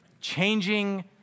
Changing